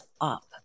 up